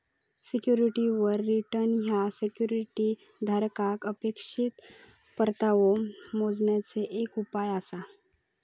सिक्युरिटीवर रिटर्न ह्या सिक्युरिटी धारकाक अपेक्षित परतावो मोजण्याचे एक उपाय आसा